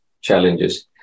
challenges